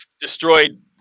destroyed